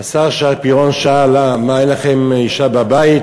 השר שי פירון שאל: מה, אין לכם אישה בבית?